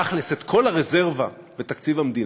תכל'ס, את כל הרזרבה בתקציב המדינה,